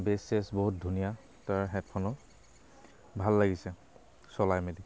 বেছ চেছ বহুত ধুনীয়া তাৰ হেডফোনৰ ভাল লাগিছে চলাই মেলি